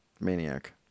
maniac